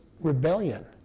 rebellion